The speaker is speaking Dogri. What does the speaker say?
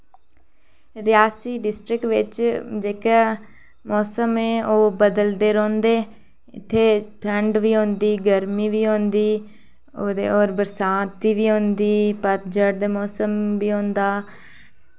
रियासी डिस्ट्रिक्ट बिच जेह्का मौसम ऐ ओह् बदलदे रौंह्दे इत्थेै ठंड बी होंदी गर्मी बी होंदी होर बरसांत बी होंदी पतझड़ दा मौसम बी होंदा